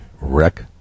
Wreck